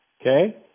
Okay